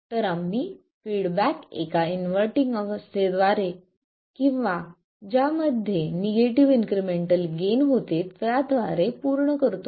तर आम्ही फीडबॅक एका इनव्हर्टींग अवस्थेद्वारे किंवा ज्यामध्ये निगेटिव्ह इन्क्रिमेंटल गेन होते त्याद्वारे पूर्ण करतो